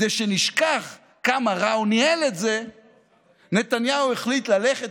כדי שנשכח כמה רע הוא ניהל את זה נתניהו החליט ללכת